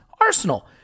Arsenal